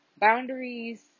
boundaries